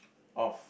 of